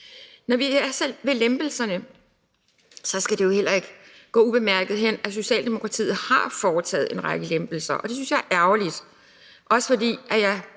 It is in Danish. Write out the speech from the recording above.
Når vi er ved lempelserne, skal det heller ikke gå ubemærket hen, at Socialdemokratiet har foretaget en række lempelser. Det synes jeg er ærgerligt,